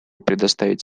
предоставить